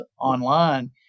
online